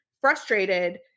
frustrated